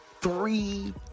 three